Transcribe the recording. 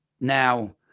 Now